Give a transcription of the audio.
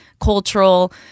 cultural